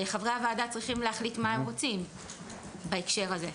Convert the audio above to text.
חברי הוועדה צריכים להחליט מה הם רוצים בהקשר הזה,